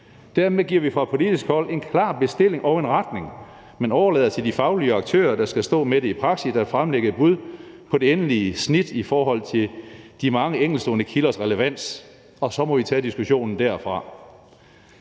Dermed giver vi fra politisk hold en klar bestilling og en retning, men overlader til de faglige aktører, der skal stå med det i praksis, at fremlægge et bud på det endelige snit i forhold til de mange enkeltstående kilders relevans. Og så må vi tage diskussionen derfra.